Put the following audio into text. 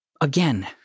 again